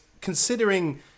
considering